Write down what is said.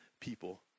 people